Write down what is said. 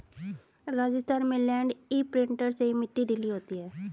राजस्थान में land imprinter से ही मिट्टी ढीली होती है